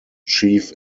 chief